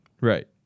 Right